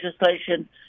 legislation